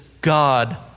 God